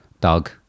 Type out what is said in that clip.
Doug